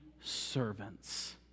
servants